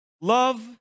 love